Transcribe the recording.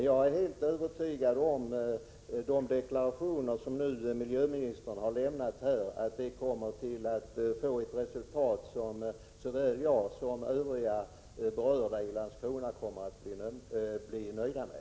Jag är helt övertygad om att de deklarationer som miljöministern nu har avlämnat kommer att leda till ett resultat som såväl jag som övriga berörda i Landskrona kommer att bli nöjda med.